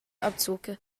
abzocke